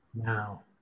Now